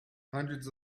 hundreds